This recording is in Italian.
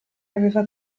aveva